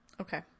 Okay